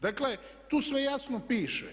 Dakle, tu sve jasno piše.